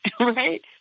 Right